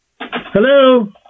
Hello